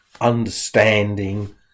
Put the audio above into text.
understanding